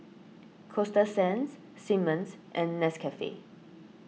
Coasta Sands Simmons and Nescafe